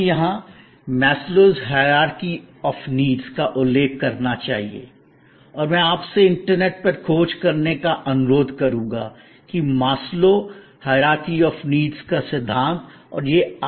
हमें यहां मास्लो का आवश्यकताओं के पदानुक्रम का सिद्धांत Maslow's hierarchy of needs का उल्लेख करना चाहिए और मैं आपसे इंटरनेट पर खोज करने का अनुरोध करूंगा कि मास्लो का आवश्यकताओं के पदानुक्रम का सिद्धांत Maslow's hierarchy of needs